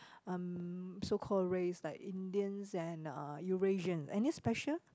um so called race like Indians and uh Eurasian any special